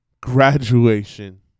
graduation